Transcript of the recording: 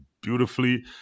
beautifully